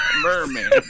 Merman